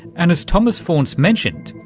and, as thomas faunce mentioned,